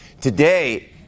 Today